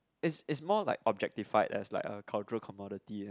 is is is more like objectified as like a cultural comodity and